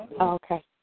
Okay